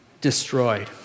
destroyed